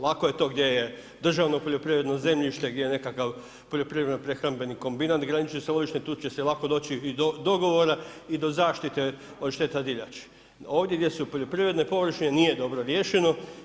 Lako je to gdje je državno poljoprivredno zemljište, gdje ne nekakav poljoprivredno prehrambeni kombinat granični s lovištem, tu će se lako doći i do dogovora i do zaštite od šteta divljači, ovdje gdje su poljoprivredne površine nije dobro riješeno.